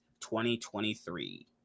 2023